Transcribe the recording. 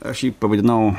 aš jį pavadinau